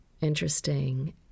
interesting